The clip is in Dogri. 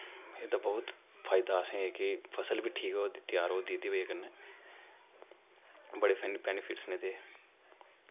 एह्दा बहुत फायदा असें कि फसल बी होआ दी त्यार होआ दी एह्दी बजह् कन्नै बड़े बैनीफिटस न एह्दे